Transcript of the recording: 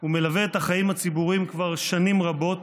הוא מלווה את החיים הציבוריים כבר שנים רבות,